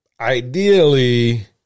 Ideally